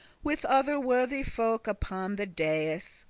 with other worthy folk, upon the dais.